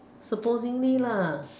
supposingly lah